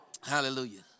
Hallelujah